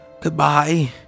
Goodbye